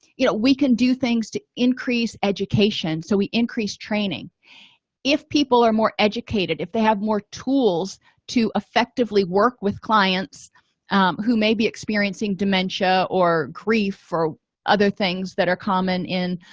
you know we can do things to increase education so we increased training if people are more educated if they have more tools to effectively work with clients who may be experiencing dementia or grief or other things that are common in